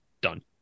done